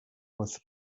with